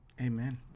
Amen